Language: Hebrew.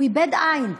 הוא איבד עין.